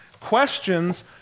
Questions